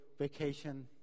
vacation